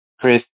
Chris